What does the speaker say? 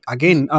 Again